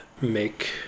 make